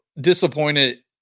disappointed